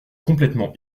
complètement